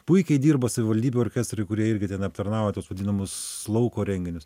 puikiai dirba savivaldybių orkestrai kurie irgi ten aptarnauja tuos vadinamus lauko renginius